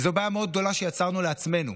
וזו בעיה מאוד גדולה שיצרנו לעצמנו.